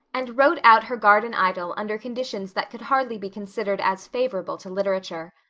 and wrote out her garden idyl under conditions that could hardly be considered as favorable to literature.